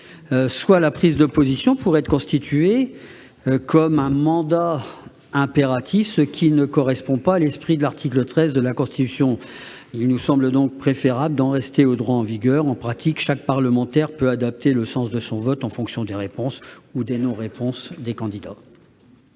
soit sa prise de position pourrait être considérée comme un mandat impératif, ce qui ne correspond pas à l'esprit de l'article 13 de la Constitution. Il nous semble donc préférable d'en rester au droit en vigueur. En pratique, chaque parlementaire peut adapter le sens de son vote en fonction des réponses ou de l'absence de réponse des candidats.